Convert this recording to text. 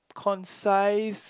concise